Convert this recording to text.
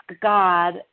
God